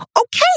Okay